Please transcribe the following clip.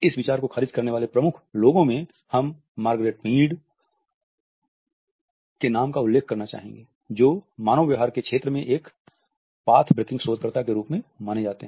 इस विचार को खारिज करने वाले प्रमुख लोगों में हम मार्गरेट मीड के नाम का उल्लेख करना चाहेंगे जो मानव व्यवहार के क्षेत्र में एक पाथ ब्रेकिंग शोधकर्ता के रूप में माने जाते हैं